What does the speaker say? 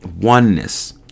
oneness